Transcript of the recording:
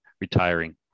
retiring